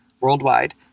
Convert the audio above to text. Worldwide